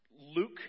Luke